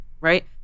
Right